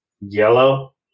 yellow